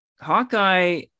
Hawkeye